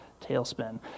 tailspin